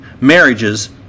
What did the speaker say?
marriages